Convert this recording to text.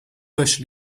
bush